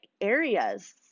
areas